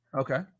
Okay